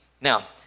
Now